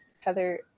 heather